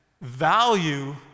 value